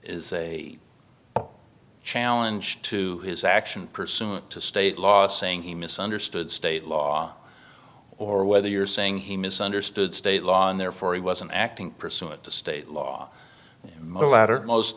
is challenge to his action pursuant to state law saying he misunderstood state law or whether you're saying he misunderstood state law and therefore he wasn't acting pursuant to state law most